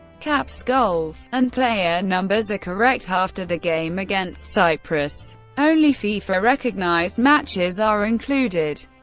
caps, goals and player numbers are correct after the game against cyprus only fifa-recognised matches are included.